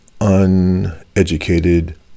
uneducated